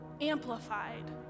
amplified